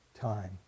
time